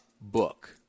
book